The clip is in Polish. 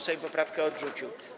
Sejm poprawkę odrzucił.